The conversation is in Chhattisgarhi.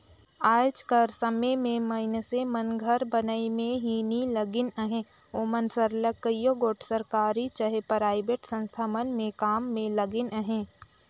आएज कर समे में मइनसे मन घर बनई में ही नी लगिन अहें ओमन सरलग कइयो गोट सरकारी चहे पराइबेट संस्था मन में काम में लगिन अहें